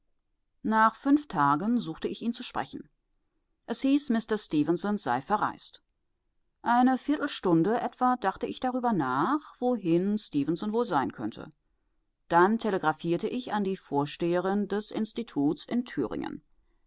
nach fünf tagen suchte ich ihn zu sprechen es hieß mister stefenson sei verreist eine viertelstunde etwa dachte ich darüber nach wohin stefenson wohl sein könne dann telegraphierte ich an die vorsteherin des instituts in thüringen